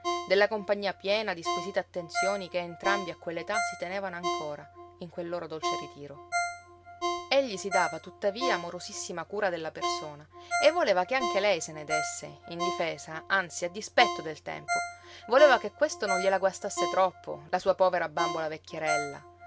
della compagnia piena di squisite attenzioni che entrambi a quell'età si tenevano ancora in quel loro dolce ritiro egli si dava tuttavia amorosissima cura della persona e voleva che anche lei se ne desse in difesa anzi a dispetto del tempo voleva che questo non gliela guastasse troppo la sua povera bambola vecchierella